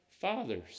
fathers